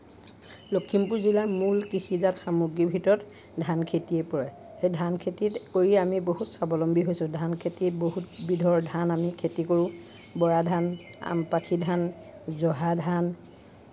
লখিমপুৰ জিলাৰ মূল কৃষিজাত সামগ্ৰীৰ ভিতৰত ধান খেতিয়েই পৰে সেই ধান খেতি কৰি আমি বহুত স্বাৱলম্বী হৈছোঁ ধান খেতি বহুত বিধৰ ধান আমি খেতি কৰোঁ বৰা ধান আমপাখি ধান জহা ধান